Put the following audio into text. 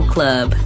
Club